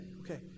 okay